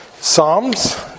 Psalms